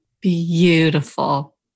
Beautiful